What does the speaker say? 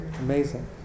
Amazing